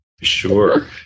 Sure